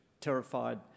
terrified